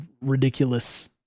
ridiculous